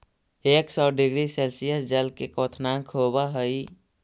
एक सौ degree Celsius जल के क्वथनांक होवऽ हई